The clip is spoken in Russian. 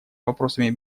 вопросами